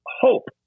hope